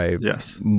Yes